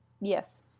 yes